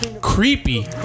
creepy